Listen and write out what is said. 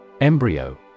Embryo